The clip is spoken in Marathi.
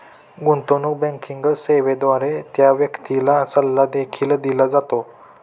गुंतवणूक बँकिंग सेवेद्वारे त्या व्यक्तीला सल्ला देखील दिला जातो